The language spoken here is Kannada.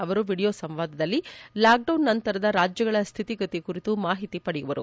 ಅವರು ವೀಡಿಯೊ ಸಂವಾದದಲ್ಲಿ ಲಾಕ್ಡೌನ್ ನಂತರದ ರಾಜ್ಗಳ ಸ್ವಿತಿಗತಿ ಕುರಿತು ಮಾಹಿತಿಯನ್ನು ಪಡೆಯುವರು